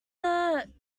that